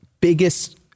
biggest